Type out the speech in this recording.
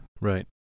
Right